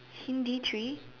Hindi tree